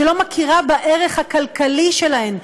שלא מכירה בערך הכלכלי שלהן,